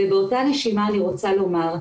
באותה נשימה אני רוצה לומר,